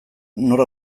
nor